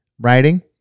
Writing